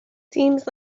seems